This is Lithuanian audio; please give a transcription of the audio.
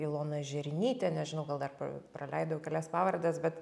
ilona žernytė nežinau gal dar pra praleidau kelias pavardes bet